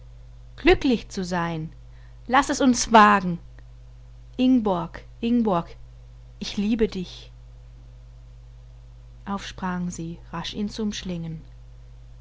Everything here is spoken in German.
glücklich zu sein laß es uns wagen ingborg ingborg ich liebe dich auf sprang sie rasch ihn zu umschlingen